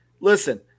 Listen